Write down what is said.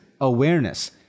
awareness